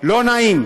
לא נעים,